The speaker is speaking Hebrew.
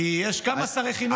כי יש כמה שרי חינוך.